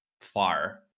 far